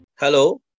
Hello